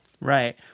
right